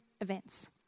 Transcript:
events